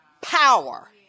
power